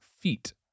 feet